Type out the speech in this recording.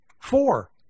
Four